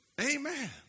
amen